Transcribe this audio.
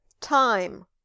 time